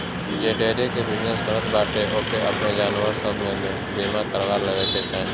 जे डेयरी के बिजनेस करत बाटे ओके अपनी जानवर सब के बीमा करवा लेवे के चाही